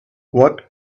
what